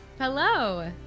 Hello